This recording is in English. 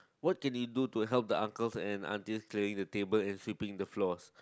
what can you do to help the uncles and aunties clearing the tables and sweeping the floors